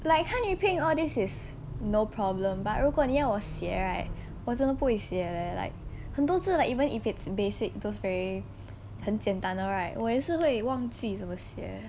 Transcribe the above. like 汉语拼音 all these is no problem but 如果你要我写 right 我真的不会写 leh like 很多字 like even if it's basic those very 很简单的 right 我也是会忘记怎么写